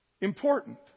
important